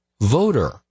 voter